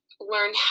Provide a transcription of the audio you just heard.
learn